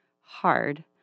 hard